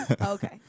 Okay